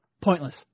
Pointless